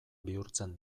bihurtzen